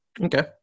Okay